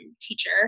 teacher